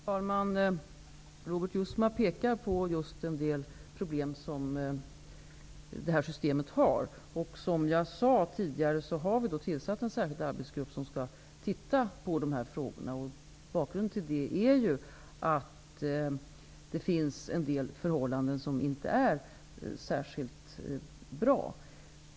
Herr talman! Robert Jousma pekar på just en del problem som detta system har. Som jag sade tidigare har vi tillsatt en särskild arbetsgrupp som skall se över dessa frågor. Bakgrunden till det är att det finns en del förhållanden som inte är särskilt bra.